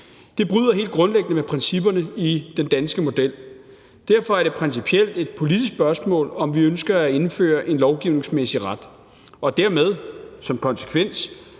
Det bryder helt grundlæggende med principperne i den danske model, og derfor er det principielt et politisk spørgsmål, om vi ønsker at indføre en lovgivningsmæssig ret og dermed som konsekvens